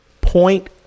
point